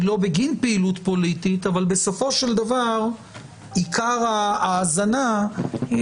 לא בגין פעילות פוליטית אבל בסופו של דבר עיקר האזנה היא